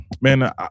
man